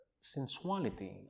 sensuality